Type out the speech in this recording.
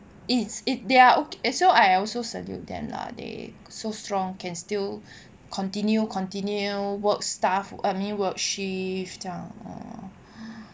it's it they are it so I also salute them lah they so strong can still continue continue work staff I mean work shift 这样 lor